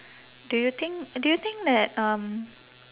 do you think do you think that um